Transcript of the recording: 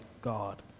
God